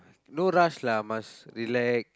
no rush lah must relax